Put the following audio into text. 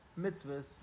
mitzvahs